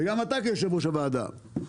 וגם אתה כיו"ר הוועדה.